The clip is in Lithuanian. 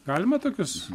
galima tokius